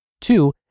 Two